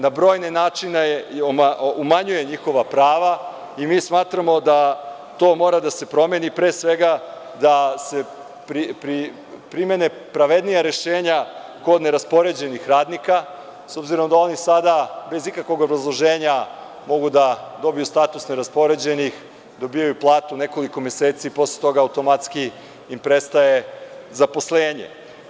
Na brojne načina umanjuje njihova prava i mi smatramo da to mora da se promeni, da se primene pravednija rešenja kod neraspoređenih radnika, s obzirom da oni sada bez ikakvog obrazloženja mogu da dobiju status neraspoređenih, dobijaju platu nekoliko meseci, a posle toga automatski im prestaje zaposlenje.